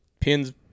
pins